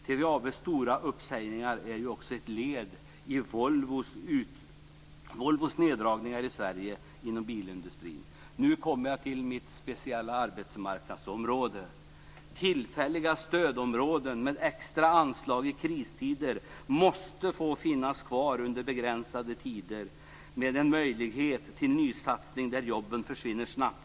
TVAB:s stora uppsägningar är ju också ett led i Volvos neddragningar i Nu kommer jag till mitt speciella arbetsmarknadsområde. Tillfälliga stödområden med extra anslag i kristider måste få finnas kvar under en begränsad tid med möjlighet till nysatsning där jobben försvinner snabbt.